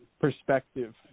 perspective